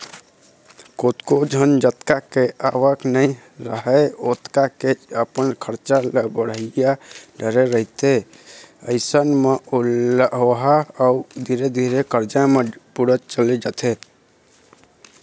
कतको झन जतका के आवक नइ राहय ओतका के अपन खरचा ल बड़हा डरे रहिथे अइसन म ओहा अउ धीरे धीरे करजा म बुड़त चले जाथे